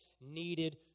Needed